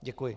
Děkuji.